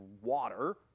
water